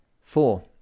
Four